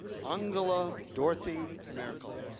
angela dorothea merkel,